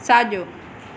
साॼो